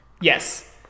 Yes